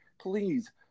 please